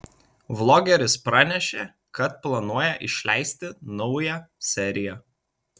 vlogeris pranešė kad planuoja išleisti naują seriją